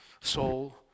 soul